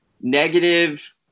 negative